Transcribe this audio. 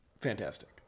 Fantastic